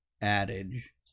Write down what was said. adage